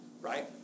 right